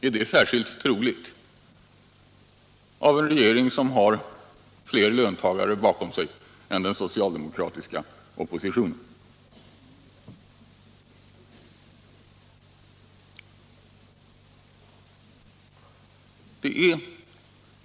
Är det särskilt troligt när det gäller en regering som har fler löntagare bakom sig än den socialdemokratiska oppositionen?